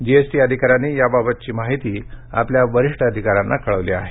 GST अधिकाऱ्यांनी याबाबतची माहिती आपल्या वरिष्ठ अधिकाऱ्यांना कळवली आहे